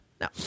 No